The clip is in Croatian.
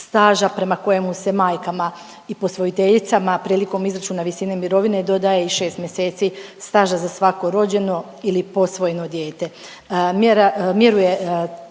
staža prema kojemu se majkama i posvojiteljicama prilikom izračuna visine mirovine dodaje i 6 mjeseci staža za svako rođeno ili posvojeno dijete.